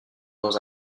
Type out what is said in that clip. dans